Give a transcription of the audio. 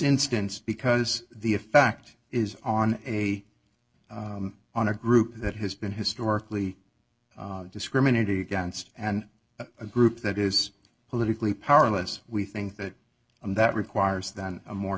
instance because the effect is on a on a group that has been historically discriminated against and a group that is politically powerless we think that and that requires than a more